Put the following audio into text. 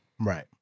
Right